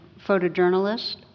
photojournalist